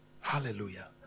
Hallelujah